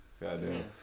Goddamn